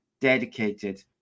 dedicated